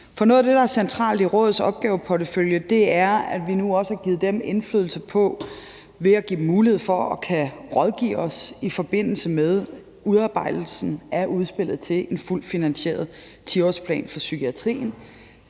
For noget af det, der er centralt i rådets opgaveportefølje, er, at vi nu også har givet dem indflydelse ved at give dem mulighed for at kunne rådgive os i forbindelse med udarbejdelsen af udspillet til en fuldt finansieret 10-årsplan for psykiatrien,